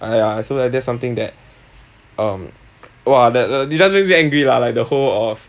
ya so like that's something that um !wah! that that this does makes me angry lah like the whole of